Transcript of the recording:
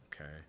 Okay